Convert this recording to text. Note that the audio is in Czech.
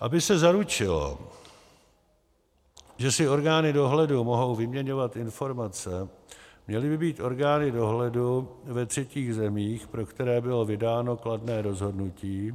Aby se zaručilo, že si orgány dohledu mohou vyměňovat informace, měly by být orgány dohledu ve třetích zemích, pro které bylo vydáno kladné rozhodnutí